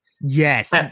Yes